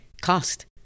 Cost